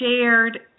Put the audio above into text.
shared